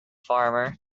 farmer